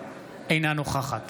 אינה נוכחת